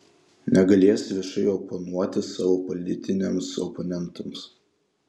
negalės viešai oponuoti savo politiniams oponentams